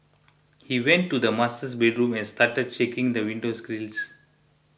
he went to the bedroom and started shaking the windows grilles